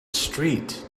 street